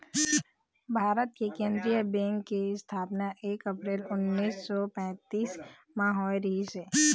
भारत के केंद्रीय बेंक के इस्थापना एक अपरेल उन्नीस सौ पैतीस म होए रहिस हे